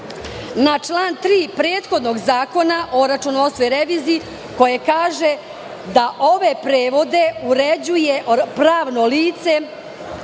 na član 3. prethodnog Zakona o računovodstvu i reviziji, koji kaže da ove prevode uređuje pravno lice